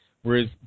Whereas